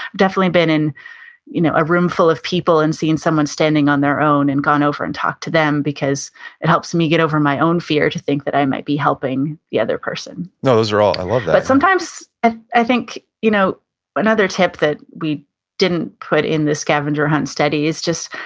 definitely been in you know a room full of people and seen someone standing on their own and gone over and talked to them, because it helps me get over my own fear to think that i might be helping the other person no, those are all, i love that but sometimes and i think, you know but another tip that we didn't put in the scavenger hunt study is just,